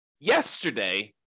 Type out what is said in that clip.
yesterday